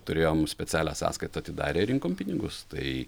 turėjom specialią sąskaitą atidarę rinkom pinigus tai